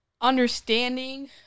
understanding